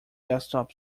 desktop